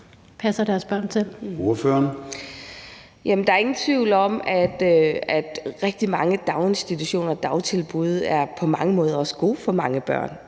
der er ingen tvivl om, at rigtig mange daginstitutioner og dagtilbud på mange måder også er gode for mange børn